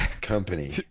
company